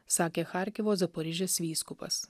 sakė charkivo zaporižės vyskupas